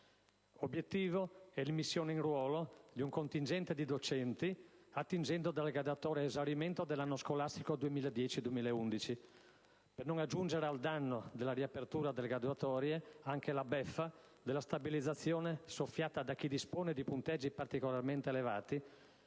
L'obiettivo è l'immissione in ruolo di un contingente di docenti attingendo dalle graduatorie ad esaurimento dell'anno scolastico 2010/2011, per non aggiungere al danno della riapertura delle graduatorie anche la beffa della stabilizzazione soffiata da chi dispone di punteggi particolarmente elevati